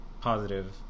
positive